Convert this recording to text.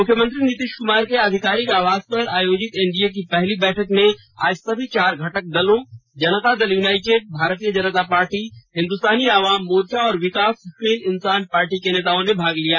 मुख्यमंत्री नीतीश कुमार के आधिकारिक आवास पर आयोजित एनडीए की पहली बैठक में आज सभी चार घटक दलों जनता दल यूनाइटेड भारतीय जनता पार्टी हिन्दुस्तानी आवाम मोर्चा और विकासशील इंसान पार्टी के नेताओं ने भाग लिया